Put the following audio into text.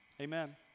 Amen